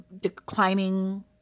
declining